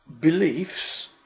beliefs